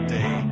Day